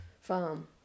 farm